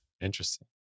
Interesting